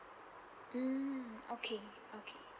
mm okay okay